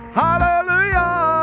hallelujah